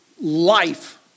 life